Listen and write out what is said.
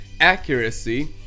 accuracy